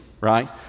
right